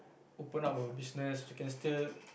open up a business you can still